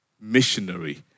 Missionary